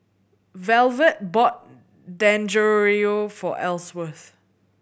Velvet bought Dangojiru for Elsworth